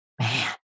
man